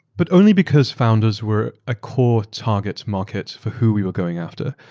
but only because founders were a core target market for who we were going after.